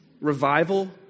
revival